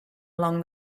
along